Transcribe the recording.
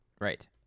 Right